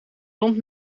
rond